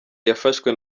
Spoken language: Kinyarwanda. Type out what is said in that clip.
yafashwe